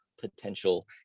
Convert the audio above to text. potential